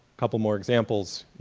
couple more examples,